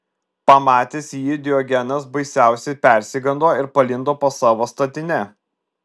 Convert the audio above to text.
pamatęs jį diogenas baisiausiai persigando ir palindo po savo statine